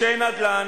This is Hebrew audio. נדל"ן,